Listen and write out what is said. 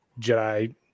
Jedi